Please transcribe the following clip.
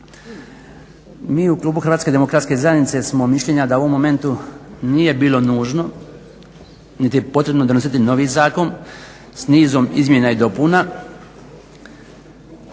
Mi u klubu HDZ-a smo mišljenja da u ovom momentu nije bilo nužno niti je potrebno donositi novi zakon s nizom izmjena i dopuna